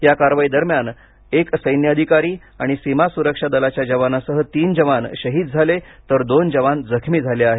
या कारवाई दरम्यान एक सैन्य अधिकारी आणि सीमा सुरक्षा दलाच्या जवानासह तीन जवान शहीद झाले तर दोन जवान जखमी झाले आहेत